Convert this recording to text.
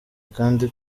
kandi